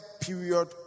period